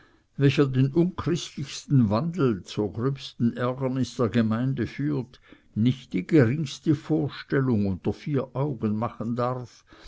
welcher den unchristlichsten wandel zur gröbsten ärgernis der gemeinde führt nicht die geringste vorstellung unter vier augen machen darf